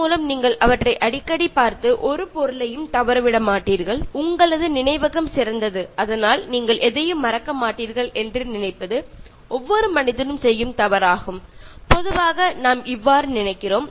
പലപ്പോഴും ഓർമശക്തി കൂടുതലാണെന്ന ചിന്തയിൽ പല സാധനങ്ങളും ലിസ്റ്റിൽ ഇല്ലാതെ വാങ്ങാൻ പോയി മറക്കുന്നത് ഒഴിവാക്കാൻ ഇത് നന്നായിരിക്കും